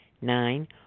Nine